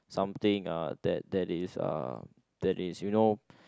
something uh that that is uh that is you know